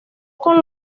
con